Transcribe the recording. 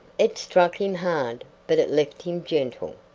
it struck him hard, but it left him gentle.